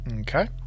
Okay